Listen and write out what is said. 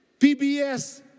PBS